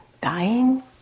dying